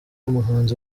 muhanzi